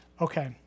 Okay